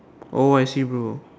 oh I see bro